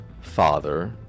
father